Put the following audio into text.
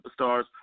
superstars